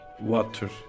water